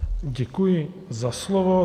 Děkuji za slovo.